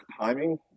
timing